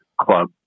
club